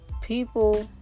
people